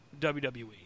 WWE